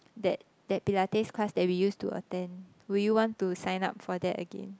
that that pilates class that we used to attend will you want to sign up for that again